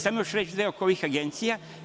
Samo još reč-dve oko ovih agencija.